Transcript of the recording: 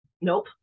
nope